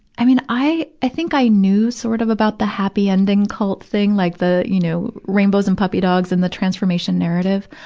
i mean, i, i think i knew, sort of, about the happy ending cult thing, like the, you know, rainbows and puppy dogs and the transformation narrative.